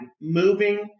moving